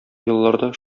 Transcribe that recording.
елларда